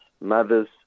mothers